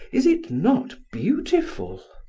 is it not beautiful?